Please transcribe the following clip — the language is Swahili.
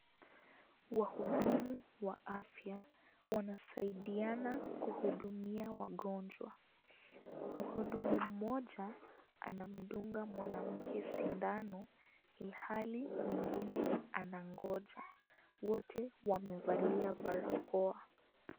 Wahudumu wa afya wanasaidiana kuhudumia wagonjwa, mhudumu mmoja anamdunga mwanamke sindano ilhali mwingine anangoja, wote wamevalia barakoa.